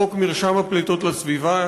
חוק מרשם הפליטות לסביבה.